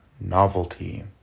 novelty